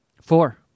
Four